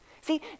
See